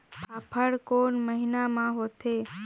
फाफण कोन महीना म होथे?